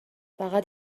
فقط